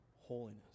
holiness